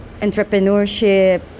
entrepreneurship